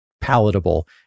palatable